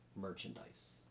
merchandise